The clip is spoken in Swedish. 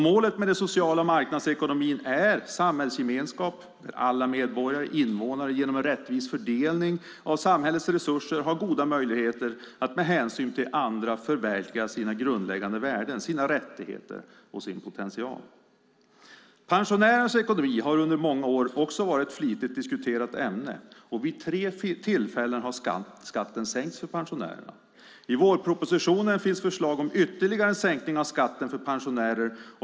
Målet med den sociala marknadsekonomin är en samhällsgemenskap där alla medborgare och invånare genom en rättvis fördelning av samhällets resurser har goda möjligheter att med hänsyn till andra förverkliga sina grundläggande värden, sina rättigheter och sin potential. Pensionärernas ekonomi har under många år varit ett flitigt diskuterat ämne. Vid tre tillfällen har skatten sänkts för pensionärerna. I vårpropositionen finns förslag om ytterligare en sänkning av skatten för pensionärer.